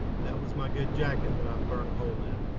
that was my good jacket that i burned a hole in.